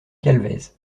calvez